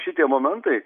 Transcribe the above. šitie momentai